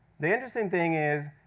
the interesting thing is,